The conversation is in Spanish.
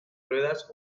ruedas